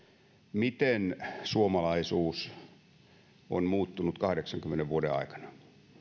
miten suomalaisuus on muuttunut kahdeksankymmenen vuoden aikana